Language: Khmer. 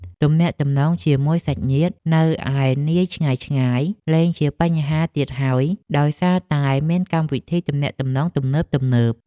ទំនាក់ទំនងជាមួយសាច់ញាតិនៅឯនាយឆ្ងាយៗលែងជាបញ្ហាទៀតហើយដោយសារតែមានកម្មវិធីទំនាក់ទំនងទំនើបៗ។